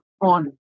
on